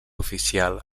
oficial